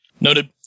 Noted